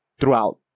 throughout